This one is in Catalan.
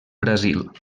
brasil